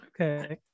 Okay